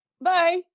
Bye